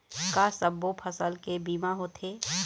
का सब्बो फसल के बीमा होथे?